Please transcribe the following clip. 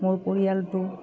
মোৰ পৰিয়ালটো